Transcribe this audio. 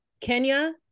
Kenya